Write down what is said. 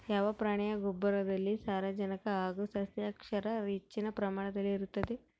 ಯಾವ ಪ್ರಾಣಿಯ ಗೊಬ್ಬರದಲ್ಲಿ ಸಾರಜನಕ ಹಾಗೂ ಸಸ್ಯಕ್ಷಾರ ಹೆಚ್ಚಿನ ಪ್ರಮಾಣದಲ್ಲಿರುತ್ತದೆ?